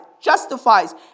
justifies